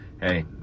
hey